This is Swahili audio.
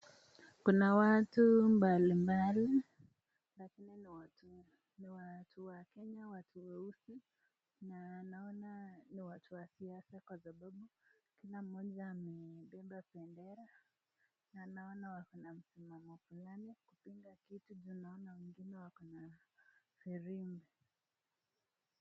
Kuna watu mbali mbali na tena ni watu wa Kenya watu weusi na naona watu wa siasa kwa sababu kila mmoja amebeba bendera na naona wakina mama fulani kupinga kila kitu juu naona wengine wako na firimbi.